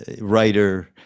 writer